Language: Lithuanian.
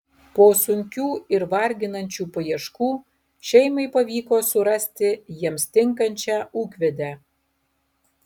po sunkių ir varginančių paieškų šeimai pavyko surasti jiems tinkančią ūkvedę